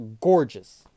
gorgeous